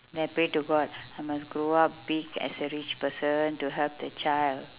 then I pray to god I must grow up be as a rich person to help the child